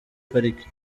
pariki